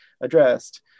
addressed